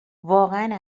واقعا